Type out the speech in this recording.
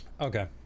okay